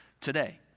today